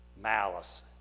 malice